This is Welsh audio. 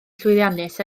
llwyddiannus